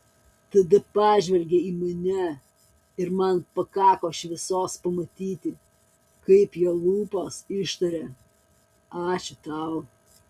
tada pažvelgė į mane ir man pakako šviesos pamatyti kaip jo lūpos ištaria ačiū tau